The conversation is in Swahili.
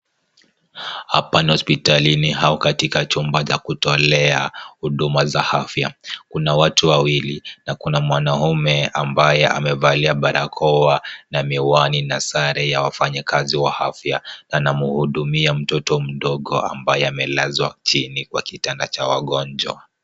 Hapa ni hospitalini au katika chumba cha kutolea huduma za afya. Kuna watu wawili na kuna mwanaume ambaye amevalia barakoa na miwani na sare ya wafanyikazi wa afya anamhudumia mtoto mdogo ambaye amelazwa chini kwa kitanda cha wagonjwa.